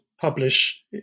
publish